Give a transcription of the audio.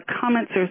comments